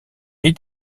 est